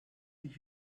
ich